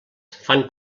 fan